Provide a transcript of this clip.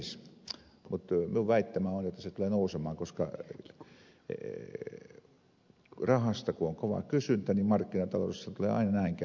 mutta minun väittämäni on että se tulee nousemaan koska kun rahasta on kova kysyntä niin markkinataloudessa tulee aina näin käymään